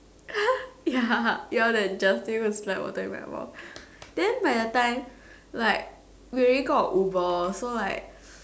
ya you are and Justin go and spray water in my mouth then by the time like we already got a Uber so like